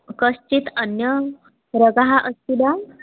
कश्चिद् अन्यः रोगः अस्ति वा